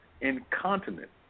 incontinent